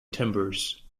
timbers